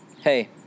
hey